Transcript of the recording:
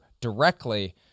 directly